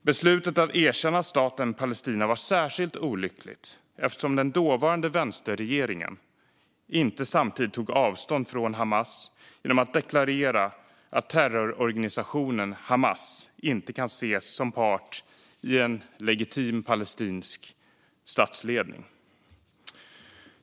Beslutet att erkänna staten Palestina var särskilt olyckligt eftersom den dåvarande vänsterregeringen inte samtidigt tog avstånd från Hamas genom att deklarera att terrororganisationen Hamas inte kan ses som part i en legitim palestinsk statsledning.